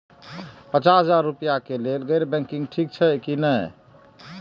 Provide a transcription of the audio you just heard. पचास हजार रुपए के लेल गैर बैंकिंग ठिक छै कि नहिं?